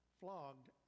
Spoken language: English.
flogged